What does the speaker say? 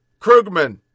Krugman